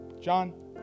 John